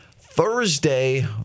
Thursday